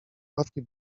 ławki